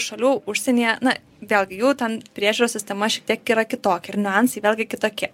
šalių užsienyje na vėlgi jų ten priežiūros sistema šiek tiek yra kitokia ir niuansai vėlgi kitokie